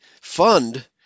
fund